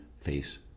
face